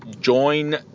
join